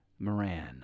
Moran